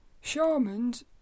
shamans